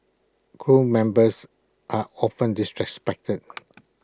crew members are often disrespected